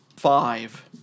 Five